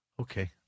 Okay